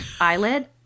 eyelid